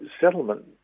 settlement